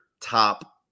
top